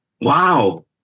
Wow